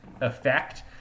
effect